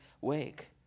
wake